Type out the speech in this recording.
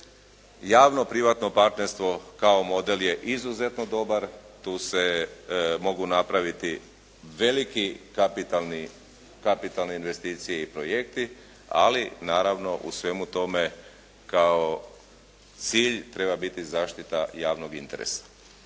javno-privatno partnerstvo kao model je izuzetno dobar. Tu se mogu napraviti veliki kapitalne investicije i objekti, ali naravno u svemu tome kao cilj treba biti zaštita javnog interesa.